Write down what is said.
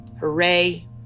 Hooray